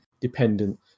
dependent